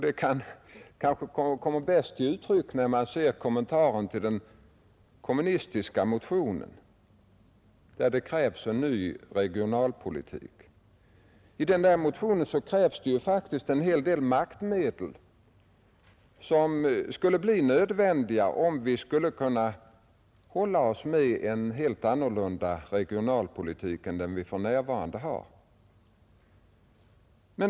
Det kanske bäst kommer till uttryck när man ser kommentaren till den kommunistiska motionen där det krävs en ny regionalpolitik. I den motionen krävs faktiskt en hel del maktmedel som skulle bli nödvändiga att tillgripa om vi skulle kunna föra en helt annorlunda regionalpolitik än den vi för närvarande för.